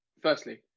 Firstly